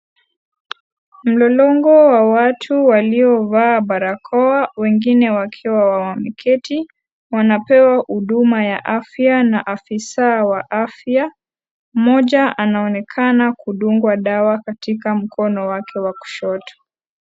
Mlolongo wa watu waliovaa barakoa wengine wakiwa wameketi wanapewa huduma wa afya na afisa wa afya, moja anaoneka kudungwa dawa katika mkono wake wa kushoto.